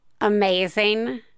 amazing